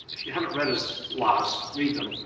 if you haven't read his laws, read them.